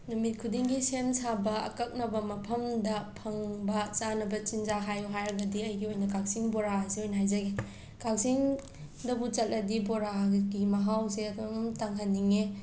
ꯅꯨꯃꯤꯠ ꯈꯨꯗꯤꯡꯒꯤ ꯁꯦꯝ ꯁꯥꯕ ꯑꯀꯛꯅꯕ ꯃꯐꯝꯗ ꯐꯪꯕ ꯆꯥꯅꯕ ꯆꯤꯟꯖꯥꯛ ꯍꯥꯏꯌꯣ ꯍꯥꯏꯔꯒꯗꯤ ꯑꯩꯒꯤ ꯑꯣꯏꯅ ꯀꯛꯆꯤꯡ ꯕꯣꯔꯥꯁꯦ ꯑꯣꯏꯅ ꯍꯥꯏꯖꯒꯦ ꯀꯛꯆꯤꯡ ꯗꯕꯨ ꯆꯠꯂꯗꯤ ꯕꯣꯔꯥꯒꯒꯤ ꯃꯍꯥꯎꯁꯦ ꯑꯗꯨꯝ ꯇꯪꯍꯟꯅꯤꯡꯉꯦ